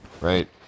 right